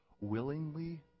Willingly